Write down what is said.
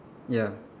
ya